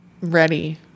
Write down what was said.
ready